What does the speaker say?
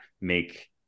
make